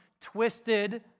twisted